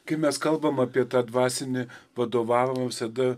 kai mes kalbam apie tą dvasinį vadovavimą visada